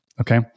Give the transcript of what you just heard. okay